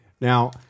Now